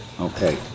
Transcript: okay